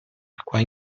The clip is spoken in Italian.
acqua